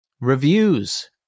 Reviews